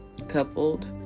Coupled